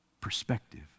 Perspective